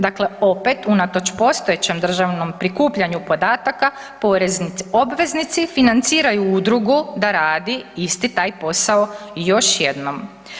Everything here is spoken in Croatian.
Dakle opet, unatoč postojećem državnom prikupljanju podataka, poreznici obveznici financiraju udrugu da radi isti taj posao još jednom.